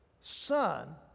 son